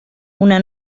una